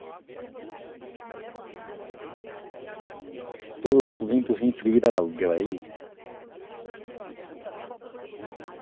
ते ओह् तुसेंगी फ्री दा लाई ओड़गे भी